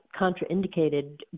contraindicated